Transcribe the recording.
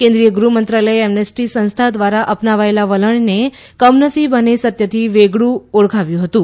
કેન્દ્રીય ગૃહમંત્રાલયે એમ્નેસ્ટી સંસ્થા દ્વારા અપનાવાયેલા વલણને કમનસીબ અને સત્યથી વેગળું ઓળખાવ્યું હતું